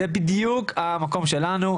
זה בדיוק המקום שלנו.